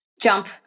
jump